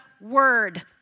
word